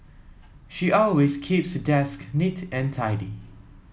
she always keeps her desk neat and tidy